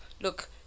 look